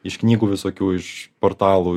iš knygų visokių iš portalų